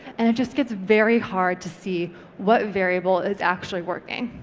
and it just gets very hard to see what variable is actually working.